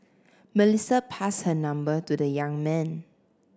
Melissa passed her number to the young man